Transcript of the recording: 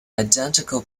identical